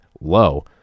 low